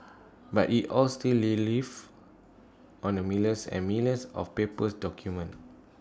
but IT all still relief on the millions and millions of paper's documents